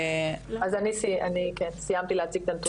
אז אני סיימתי להציג את הנתונים.